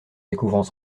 découvrant